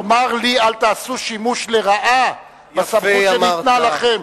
תאמר לי, אל תעשו שימוש לרעה בסמכות שניתנה לכם.